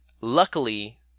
luckily